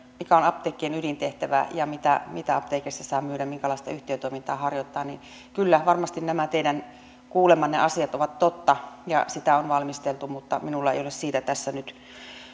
mikä on apteekkien ydintehtävä ja mitä mitä apteekeissa saa myydä minkälaista yhtiötoimintaa harjoittaa kyllä varmasti nämä teidän kuulemanne asiat ovat totta ja sitä on valmisteltu mutta minulla ei ole siitä tässä nyt